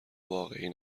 واقعی